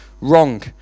wrong